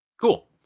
cool